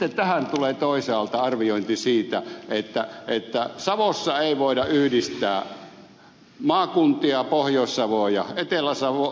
sitten tähän tulee toisaalta arviointi siitä että savossa ei voida yhdistää maakuntia pohjois savoa ja etelä savo